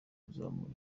kuzamura